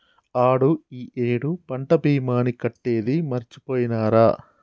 ఆడు ఈ ఏడు పంట భీమాని కట్టేది మరిచిపోయినారా